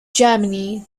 germany